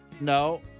No